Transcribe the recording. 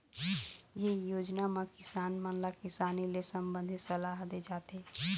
ए योजना म किसान मन ल किसानी ले संबंधित सलाह दे जाथे